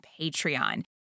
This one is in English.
Patreon